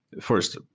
first